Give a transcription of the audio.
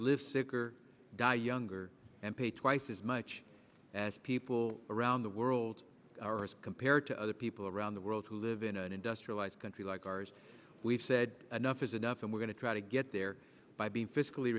live sicker guy younger and pay twice as much as people around the world are as compared to other people around the world who live in an industrialized country like ours we've said enough is enough and we're going to try to get there by being fiscally